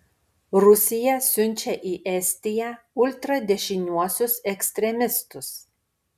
rusija siunčia į estiją ultradešiniuosius ekstremistus